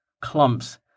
Clumps